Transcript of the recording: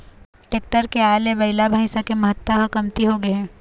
tractor के आए ले बइला, भइसा के महत्ता ह कमती होगे हे